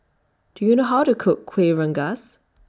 Do YOU know How to Cook Kueh Rengas